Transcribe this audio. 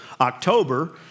October